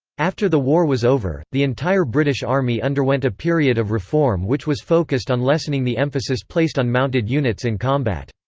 after the war was over, the entire british army underwent a period of reform which was focused on lessening the emphasis placed on mounted units in combat.